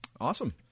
Awesome